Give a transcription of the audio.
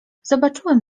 zobaczyłem